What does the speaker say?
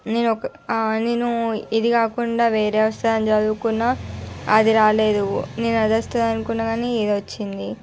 నేను ఒక నేను ఇది కాకుండా వేరే వస్తుందని చదువుకున్న అది రాలేదు నేను అది వస్తుంది అనుకున్నాను ఇది వచ్చింది